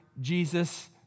Jesus